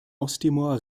osttimor